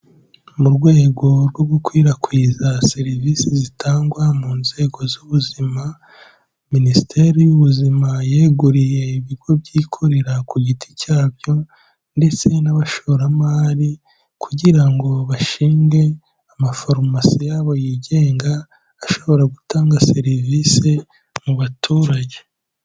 Mu rwego rwo gukwirakwiza serivisi zitangwa mu nzego z'ubuzima, Minisiteri y'Ubuzima yeguriye ibigo byikorera ku giti cyabyo ndetse n'abashoramari kugira ngo bashinge amafarumasi yabo yigenga, ashobora gutanga serivisi mu baturage.